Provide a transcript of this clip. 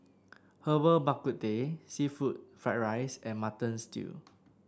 Herbal Bak Ku Teh seafood Fried Rice and Mutton Stew